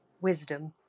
Wisdom